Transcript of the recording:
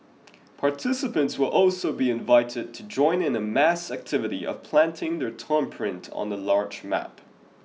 participants will also be invited to join in a mass activity of planting their thumbprint on a large map